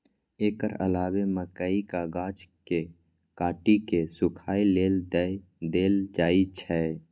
एकर अलावे मकइक गाछ कें काटि कें सूखय लेल दए देल जाइ छै